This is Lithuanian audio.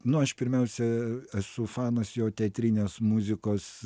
nu aš pirmiausia esu fanas jo teatrinės muzikos